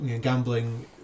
gambling